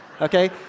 okay